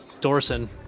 dorson